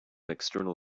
external